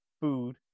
food